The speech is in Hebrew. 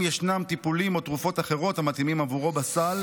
אם ישנם טיפולים או תרופות אחרים המתאימים עבורו בסל,